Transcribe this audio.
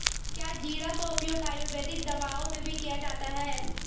क्या जीरा का उपयोग आयुर्वेदिक दवाओं में भी किया जाता है?